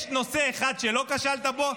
יש נושא אחד שלא כשלת בו?